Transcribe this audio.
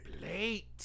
late